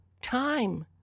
time